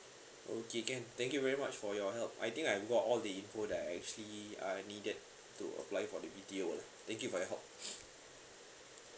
okay can thank you very much for your help I think I've got all the info that I actually uh needed to apply for the B_T_O lah thank you for your help